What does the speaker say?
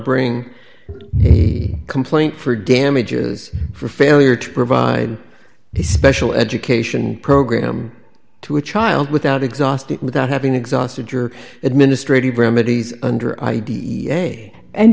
bring the complaint for damages for failure to provide the special education program to a child without exhausting without having exhausted your administrative remedies under i